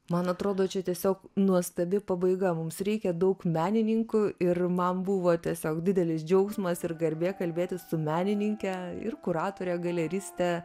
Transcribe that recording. man atrodo čia tiesiog nuostabi pabaiga mums reikia daug menininkų ir man buvo tiesiog didelis džiaugsmas ir garbė kalbėtis su menininke ir kuratore galeriste